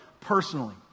personally